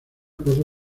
cuatro